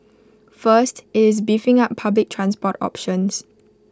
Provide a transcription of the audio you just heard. first IT is beefing up public transport options